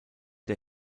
der